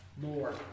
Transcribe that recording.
more